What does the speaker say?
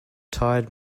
tired